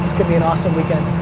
be an awesome weekend.